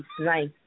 nice